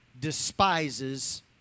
despises